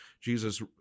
Jesus